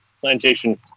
plantation